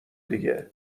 دیگه